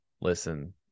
listen